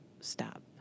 stop